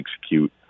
execute